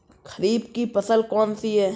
खरीफ की फसल कौन सी है?